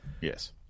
Yes